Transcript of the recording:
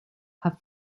have